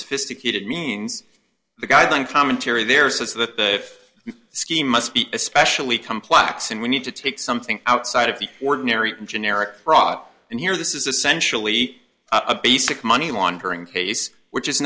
sophisticated means the guideline commentary there says that the scheme must be especially complex and we need to take something outside of the ordinary generic fraud and here this is essentially a basic money laundering case which is